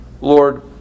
Lord